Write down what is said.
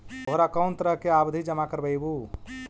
तोहरा कौन तरह के आवधि जमा करवइबू